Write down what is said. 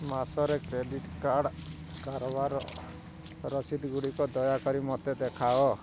ମାସରେ credit card କାରବାରର ରସିଦ୍ଗୁଡ଼ିକ ଦୟାକରି ମୋତେ ଦେଖାଅ